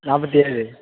நாற்பத்தி ஏழு